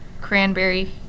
cranberry